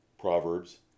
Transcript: Proverbs